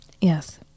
Yes